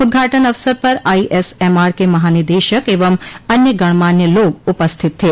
उद्घाटन अवसर पर आईएसएमआर के महानिदेशक एवं अन्य गणमान्य लोग उपस्थित थे